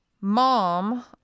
Mom